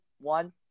one